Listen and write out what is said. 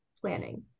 Planning